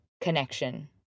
connection